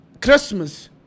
Christmas